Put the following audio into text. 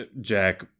Jack